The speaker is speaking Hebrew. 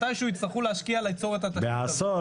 מתישהו יצטרכו להשקיע, ליצור --- בעשור?